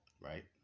right